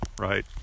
right